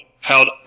held